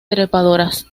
trepadoras